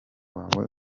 wawe